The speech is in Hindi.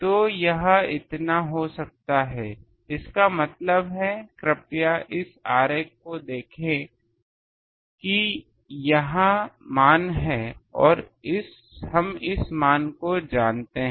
तो यह इतना हो जाता है इसका मतलब है कृपया इस आरेख को देखें कि यह यह मान है और हम इस मान को जानते हैं